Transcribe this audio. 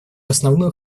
основную